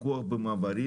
ממוחשבות.